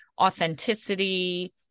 authenticity